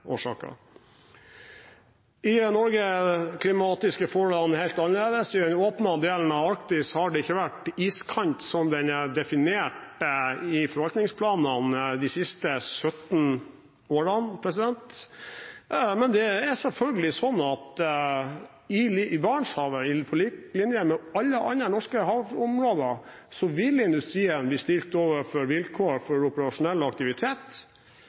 I Norge er de klimatiske forholdene helt annerledes. I den åpnete delen av Arktis har det ikke vært iskant slik den er definert i forvaltningsplanene de siste 17 årene, men det er selvfølgelig slik at i Barentshavet – på lik linje med alle andre norske havområder – vil industrien bli stilt overfor vilkår for operasjonell aktivitet